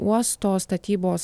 uosto statybos